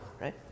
Right